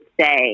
say